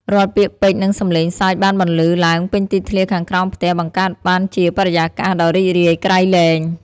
រាល់ពាក្យពេចន៍និងសំឡេងសើចបានបន្លឺឡើងពេញទីធ្លាខាងក្រោមផ្ទះ បង្កើតបានជាបរិយាកាសដ៏រីករាយក្រៃលែង។